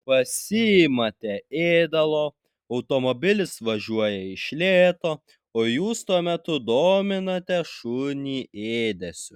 pasiimate ėdalo automobilis važiuoja iš lėto o jūs tuo metu dominate šunį ėdesiu